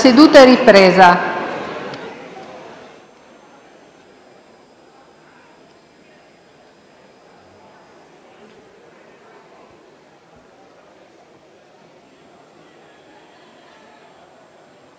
seduta è ripresa.